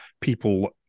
people